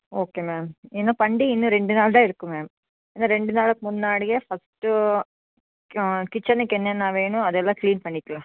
okay ma'am இன்னும் பண்டிகை இன்னும் ரெண்டு நாள் தான் இருக்கு மேம் இன்னும் ரெண்டு நாளுக்கு முன்னாடியே ஃபர்ஸ்ட்டு கிச்சன்னுக்கு என்னென்ன வேணும் அதெல்லாம் க்ளீன் பண்ணிக்கலாம்